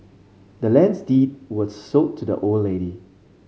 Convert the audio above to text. the land's deed was sold to the old lady